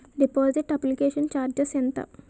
Deposit application charges ఎంత?